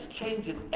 changes